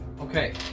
Okay